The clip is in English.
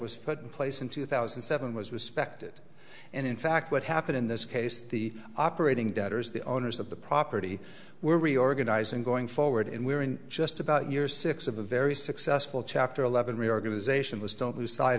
was put in place in two thousand and seven was respected and in fact what happened in this case the operating debtors the owners of the property were reorganizing going forward and we were in just about year six of a very successful chapter eleven reorganization was don't lose sight